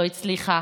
לא הצליחה,